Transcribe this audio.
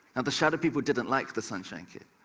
and the shadow people didn't like the sunshine kid,